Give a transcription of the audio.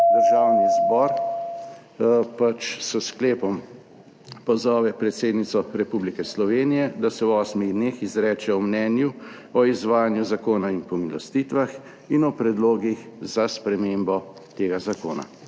Državni zbor pač s sklepom pozove predsednico Republike Slovenije, da se v 8 dneh izreče o mnenju o izvajanju Zakona in pomilostitvah in o predlogih za spremembo tega zakona